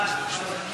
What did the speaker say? אני מוכן, אבל הכוונה,